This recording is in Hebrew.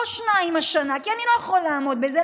לא שניים השנה, כי אני לא יכול לעמוד בזה.